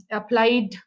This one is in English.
applied